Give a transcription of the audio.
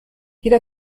jeder